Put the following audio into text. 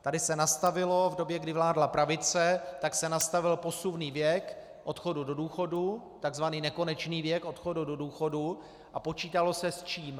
Tady se nastavilo, v době, kdy vládla pravice, se nastavil posuvný věk odchodu do důchodu, tzv. nekonečný věk odchodu do důchodu, a počítalo se s čím?